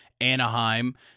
Anaheim